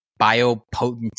biopotent